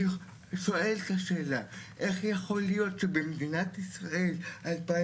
אני שואל את השאלה: איך יכול להיות שבמדינת ישראל 2021,